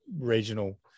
regional